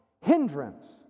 hindrance